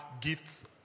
gifts